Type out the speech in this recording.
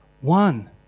one